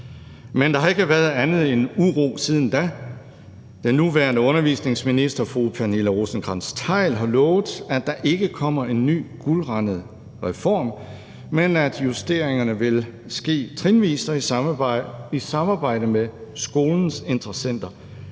men der har ikke været andet end uro siden da. Den nuværende undervisningsminister fru Pernille Rosenkrantz-Theil har lovet, at der ikke kommer en ny guldrandet reform, men at justeringerne vil ske trinvist og i samarbejde med skolens interessenter.